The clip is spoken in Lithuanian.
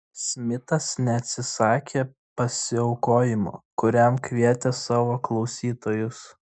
smitas neatsisakė pasiaukojimo kuriam kvietė savo klausytojus